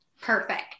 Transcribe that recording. Perfect